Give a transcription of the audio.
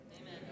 Amen